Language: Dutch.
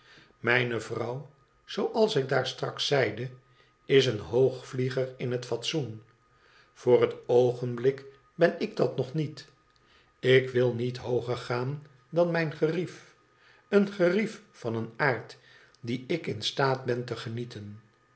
mijne vrouw zooals ik daar straks zeide is een hoogvlieger in het fatsoen voor het oogenblik ben ik dat nog niet ik wil niet hooger gaan dan mijn gerief een gerief van een aard dien ik in staat ben te genieten